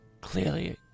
clearly